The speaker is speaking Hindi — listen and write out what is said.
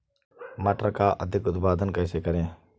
मटर का अधिक उत्पादन कैसे करें?